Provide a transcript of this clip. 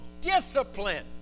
discipline